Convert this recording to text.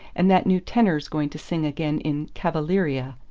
and that new tenor's going to sing again in cavaleeria,